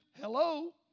hello